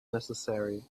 necessary